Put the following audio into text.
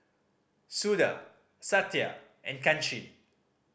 Suda Satya and Kanshi